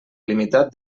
limitat